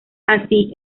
así